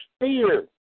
fear